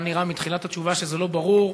היה נראה מתחילת התשובה שזה לא ברור,